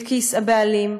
לכיס הבעלים.